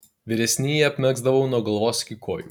vyresnįjį apmegzdavau nuo galvos iki kojų